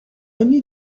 need